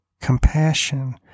compassion